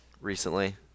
recently